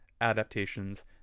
adaptations